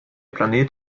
planet